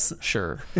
Sure